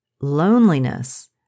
loneliness